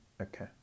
Okay